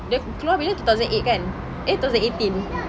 dia keluar bila two thousand eight kan eh two thousand eighteen